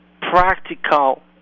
practical